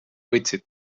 võtsid